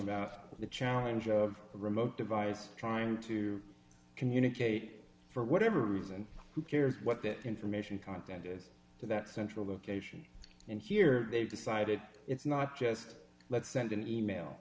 about the challenge of the remote device trying to communicate for whatever reason who cares what that information content is to that central location and here they've decided it's not just let's send an e mail